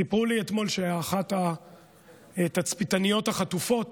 סיפרו לי אתמול שאחת התצפיתניות החטופות